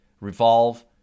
Revolve